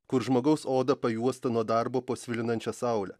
kur žmogaus oda pajuosta nuo darbo po svilinančia saule